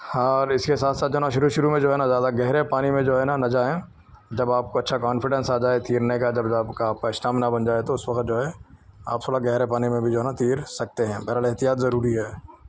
ہاں اور اس کے ساتھ ساتھ جو ہے نا شروع شروع میں جو ہے نا زیادہ گہرے پانی میں جو ہے نا نہ جائیں جب آپ کو اچھا کانفیڈنس آ جائے تیرنے کا جب آپ کا اسٹمنا بن جائے تو اس وقت جو ہے آپ تھوڑا گہرے پانی میں بھی جو ہے نا تیر سکتے ہیں بہرحال احتیاط ضروری ہے